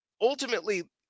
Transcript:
ultimately